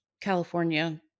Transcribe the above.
California